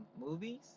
movies